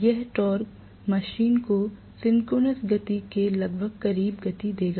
यह torque machine को synchronous गति के लगभग करीब गति देगा